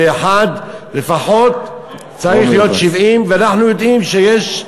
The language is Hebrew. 51%, צריך לפחות להיות 70%, ואנחנו יודעים שיש,